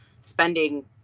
spending